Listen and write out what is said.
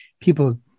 people